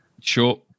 Sure